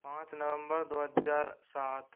पाँच नवंबर दो हज़ार सात